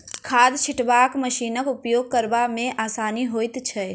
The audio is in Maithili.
खाद छिटबाक मशीनक उपयोग करबा मे आसानी होइत छै